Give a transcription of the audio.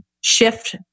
shift